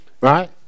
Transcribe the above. right